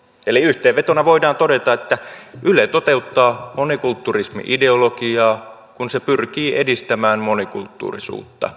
eli yhteenvetona voidaan todeta että yle toteuttaa monikulturismi ideologiaa kun se pyrkii edistämään monikulttuurisuutta